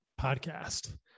Podcast